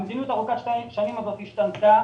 המדיניות ארוכת השנים הזאת השתנתה,